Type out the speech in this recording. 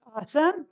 Awesome